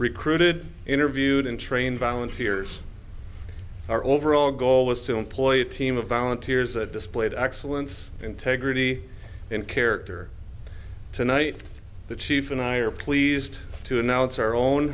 recruited interviewed and trained volunteers our overall goal was to employ a team of volunteers that displayed excellence integrity and character tonight the chief and i are pleased to announce our own